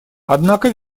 однако